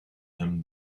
him